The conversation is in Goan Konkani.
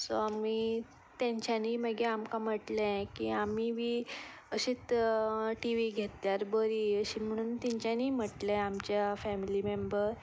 सो आमी तेंच्यांनी मागीर आमकां म्हटलें की आमी बी अशीच टी वी घेतल्यार बरी अशें म्हणून तेंच्यांनीय म्हटलें आमच्या फेमिली मॅम्बर